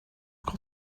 got